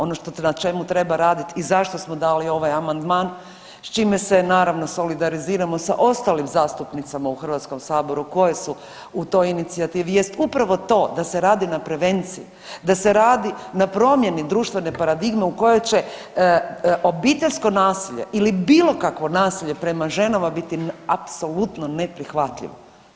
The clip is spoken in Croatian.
Ono na čemu treba raditi i zašto smo dali ovaj amandman, s čim se naravno solidariziramo sa ostalim zastupnicama u Hrvatskom saboru koje su u toj inicijativi jest upravo to da se radi na prevenciji, da se radi na promjeni društvene paradigme u kojoj će obiteljsko nasilje ili bilokakvo nasilje prema ženama biti apsolutno neprihvatljivo.